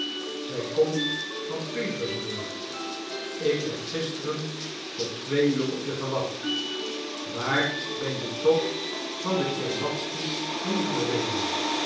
zij komt van petersburg ik heb gisteren tot twee uur op je gewacht waar ben je toch van de tscherbatzky's heen gereden